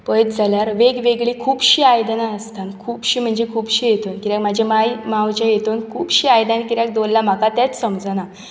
पयत जाल्यार वेगवेगळी खुबशीं आयदनां आसतात खुबशीं म्हणजे खुबशीं हेतून कित्याक म्हाज्या माय मांवचे हितून खुबशीं आयदनां कित्याक दवरल्ला म्हाका तेंच समजना